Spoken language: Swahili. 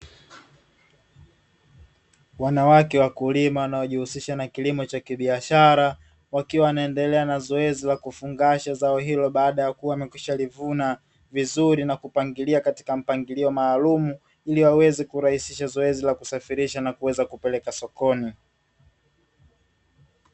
Wanawake wakulima wanaojiusisha na kilimo cha biashara wakiwa, wanaendelea na zoezi la kufungasha Zao hilo baada ya kuwa wamekwishavuna vizuri, na kupangilia katika mpangilio Maalumu ili waweze kurahusisha zoezi la kusafirisha na kuweza kupeleka sokoni.